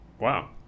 Wow